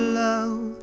love